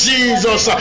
Jesus